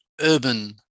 urban